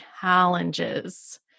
challenges